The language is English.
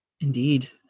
indeed